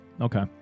Okay